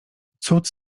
cud